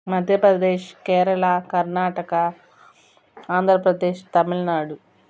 Madhya Pradesh Kerala Karnataka Andhra Pradesh Tamil Nadu